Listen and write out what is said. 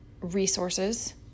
resources